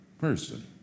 person